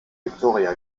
victoria